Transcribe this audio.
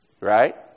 Right